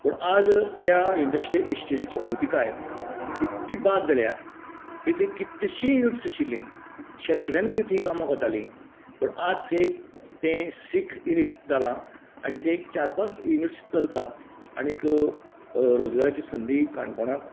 पूण आज त्या इंन्डस्ट्रियल इश्टेटिची आवतिकाय इतली बाद जाल्या की ती कितलिशीं य़ुनिट्स आशिल्लींं शेंकड्यांनी भुरगीं थंय कामांक वतालीं पूण आज थंय ते सीख युनीट जालां आनीक थंय चार पांच युनीट्स चलतात आनीक रोजगाराची संदी काणकोणाक